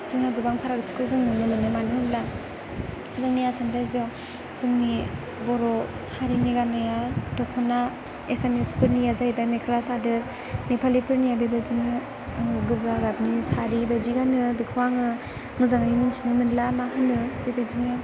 जोङो गोबां फारागथिखौ जों नुनो मोनो मानो होनब्ला जोंनि आसाम रायजोआ जोंनि बर' हारिनि गाननाया दखना एसामिसफोरनिया जाहैबाय मेख्ला सादोर नेपालिफोरनिया बेबायदिनो गोजा गाबनि सारि बायदि गानो आरो बेखो आङो मोजाङै मिन्थिनो मोनला मा होनो बेबायदिनो